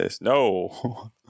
No